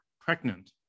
pregnant